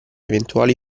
eventuali